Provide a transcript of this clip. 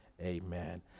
amen